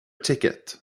ticket